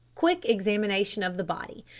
quick examination of the body.